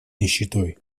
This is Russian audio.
нищетой